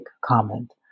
comment